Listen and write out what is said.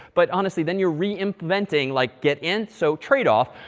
but honestly, then you're reimplementing like getint so trade-off.